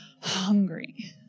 hungry